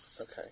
Okay